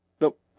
Nope